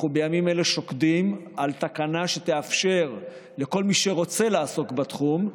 אנחנו בימים אלה שוקדים על תקנה שתאפשר לכל מי שרוצה לעסוק בתחום,